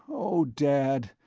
oh, dad!